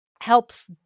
helps